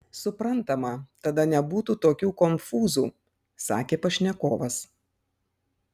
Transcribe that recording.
suprantama tada nebūtų tokių konfūzų sakė pašnekovas